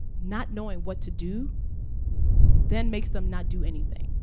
not knowing what to do then makes them not do anything.